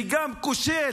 וגם כושל,